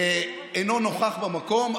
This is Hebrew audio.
אינו נוכח במקום,